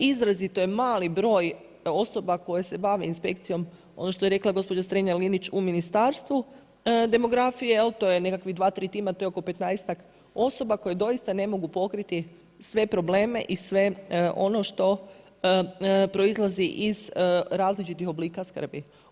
Izrazito je mali broj osoba koje se bave inspekcijom, ono što je rekla gospođa Strenja-Linić u Ministarstvu demografije, to je nekakvih 2, 3 tima, to je oko petnaestak osoba koje doista ne mogu pokriti sve problem i sve ono što proizlazi iz različitih oblika skrbi.